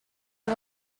you